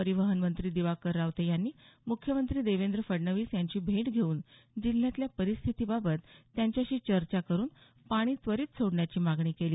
परिवहन मंत्री दिवाकर रावते यांनी मुख्यमंत्री देवेंद्र फडणवीस यांची भेट घेऊन जिल्ह्यातल्या परिस्थितीबाबत त्यांच्याशी चर्चा करून पाणी त्वरीत सोडण्याची मागणी केली